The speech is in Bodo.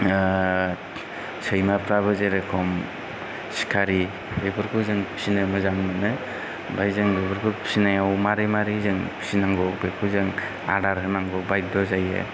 सैमाफ्राबो जेरख'म सिखारि बेफोरखौ जों फिनो मोजां मोनो ओमफाय जों बेफोरखौ फिनायाव मारै मारै जों फिनांगौ बेखौ जों आदार होनांगौ बायध' जायो